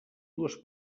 dues